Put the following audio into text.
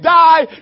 die